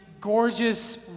gorgeous